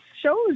shows